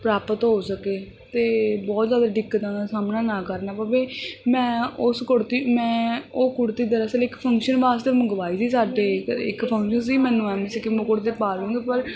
ਪ੍ਰਾਪਤ ਹੋ ਸਕੇ ਤੇ ਬਹੁਤ ਜਿਆਦਾ ਦਿੱਕਤਾਂ ਦਾ ਸਾਹਮਣਾ ਨਾ ਕਰਨਾ ਪਵੇ ਮੈਂ ਉਸ ਕੁੜਤੀ ਮੈਂ ਉਹ ਕੁੜਤੀ ਦਰਅਸਲ ਇੱਕ ਫੰਕਸ਼ਨ ਵਾਸਤੇ ਮੰਗਵਾਈ ਸੀ ਸਾਡੇ ਇੱਕ ਫੰਕਸ਼ਨ ਸੀ ਮੈਨੂੰ ਐਵੇ ਸੀ ਕਿ ਮੈਂ ਉਹ ਕੁੜਤੀ ਪਾ ਲੂੰਗੀ ਪਰ